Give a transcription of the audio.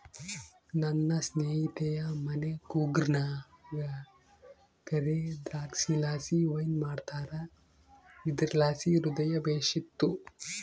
ನನ್ನ ಸ್ನೇಹಿತೆಯ ಮನೆ ಕೂರ್ಗ್ನಾಗ ಕರೇ ದ್ರಾಕ್ಷಿಲಾಸಿ ವೈನ್ ಮಾಡ್ತಾರ ಇದುರ್ಲಾಸಿ ಹೃದಯ ಬೇಶಿತ್ತು